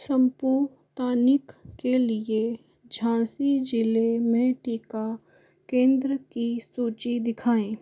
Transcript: Sputnik के लिए झाँसी जिले में टीका केंद्र की सूची दिखाएँ